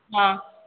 ହଁ